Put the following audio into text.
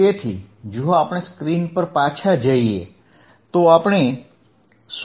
તેથી જો આપણે સ્ક્રીન પર પાછા જઈએ તો આપણે શું જોઈએ છીએ